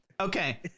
okay